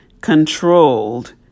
controlled